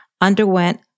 underwent